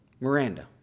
Miranda